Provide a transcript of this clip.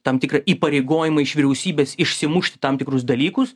tam tikrą įpareigojimą iš vyriausybės išsimušti tam tikrus dalykus